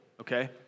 okay